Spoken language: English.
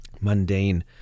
mundane